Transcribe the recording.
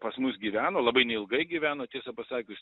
pas mus gyveno labai neilgai gyveno tiesą pasakius